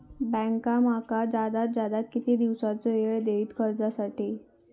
Bank माका जादात जादा किती दिवसाचो येळ देयीत कर्जासाठी?